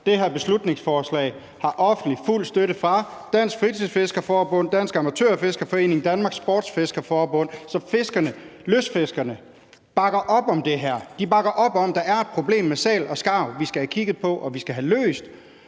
det her beslutningsforslag har offentligt fået fuld støtte fra Dansk Fritidsforskerforbund, Dansk Amatørfiskerforening og Danmarks Sportsfiskerforbund, så lystfiskerne bakker op om det her. De bakker op om, at der er et problem med sæl og skarv, som vi skal have kigget på og have løst.